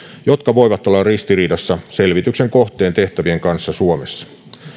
jotka voivat olla ristiriidassa selvityksen kohteen tehtävien kanssa suomessa